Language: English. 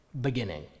beginning